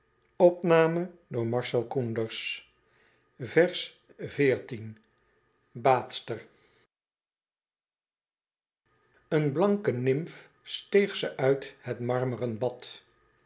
baadster een blanke nymf steeg ze nit het marmren bad